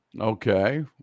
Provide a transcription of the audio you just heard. Okay